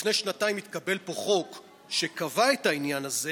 ולפני שנתיים התקבל פה חוק שקבע את העניין הזה,